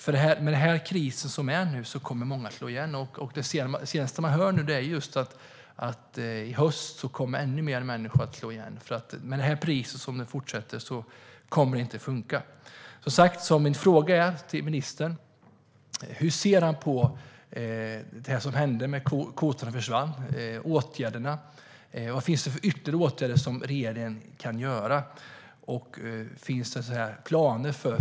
På grund av den kris som pågår nu kommer många att slå igen. Man hör nu att ännu fler kommer att slå igen i höst, för om det kommer att fortsätta vara det här priset kommer det inte att funka. Mina frågor till ministern är alltså: Hur ser ministern på det som hände när kvoterna försvann? Vad finns det för ytterligare åtgärder som regeringen kan vidta?